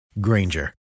Granger